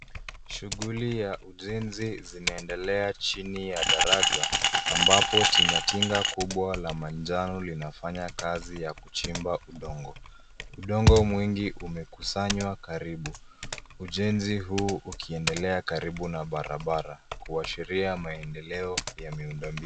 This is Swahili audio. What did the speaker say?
Shughuli ya ujenzi zinaendelea chini ya daraja ambapo tingatinga kubwa la manjano linafanya kazi ya kuchimba udongo. Udongo mwingi umekusanywa karibu, ujenzi huu ukiendelea karibu na barabara kuashiria maendeleo ya miundombinu.